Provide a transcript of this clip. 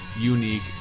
unique